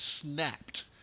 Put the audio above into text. snapped